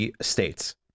states